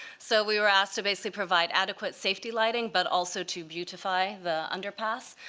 so we were asked to basically provide adequate safety lighting, but also to beautify the underpass.